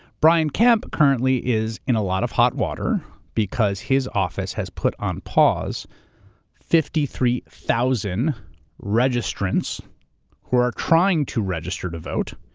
kemp currently is in a lot of hot water because his office has put on pause fifty three thousand registrants who are trying to register to vote.